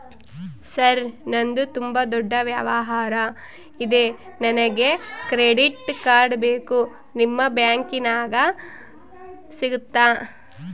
Sir ನಂದು ತುಂಬಾ ದೊಡ್ಡ ವ್ಯವಹಾರ ಇದೆ ನನಗೆ ಕ್ರೆಡಿಟ್ ಕಾರ್ಡ್ ಬೇಕು ನಿಮ್ಮ ಬ್ಯಾಂಕಿನ್ಯಾಗ ಸಿಗುತ್ತಾ?